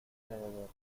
acreedor